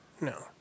no